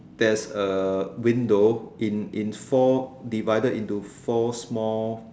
there's a window in in four divided into four small